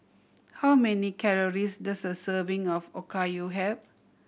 how many calories does a serving of Okayu have